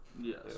Yes